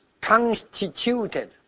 constituted